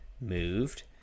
moved